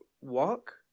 walk